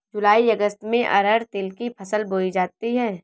जूलाई अगस्त में अरहर तिल की फसल बोई जाती हैं